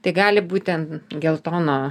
tai gali būti ten geltono